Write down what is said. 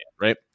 right